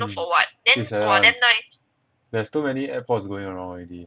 mm is like that [one] there's too many aipods going around already